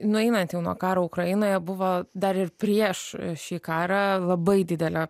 nueinant jau nuo karo ukrainoje buvo dar ir prieš šį karą labai didelė